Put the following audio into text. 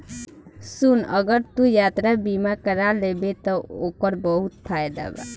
सुन अगर तू यात्रा बीमा कारा लेबे त ओकर बहुत फायदा बा